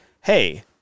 hey